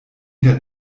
der